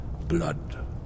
blood